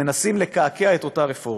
מנסים לקעקע את אותה רפורמה.